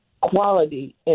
quality